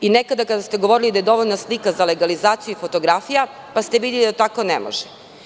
Nekada ste govorili da je dovoljna slika za legalizaciju i fotografija, pa ste videli da tako ne može.